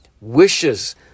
wishes